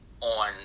on